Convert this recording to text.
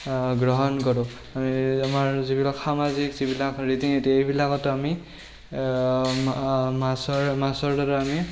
গ্ৰহণ কৰোঁ অ আমাৰ যিবিলাক সামাজিক যিবিলাক ৰীতি নীতি সেইবিলাকত আমি মা মাছৰ মাছৰ দ্বাৰা আমি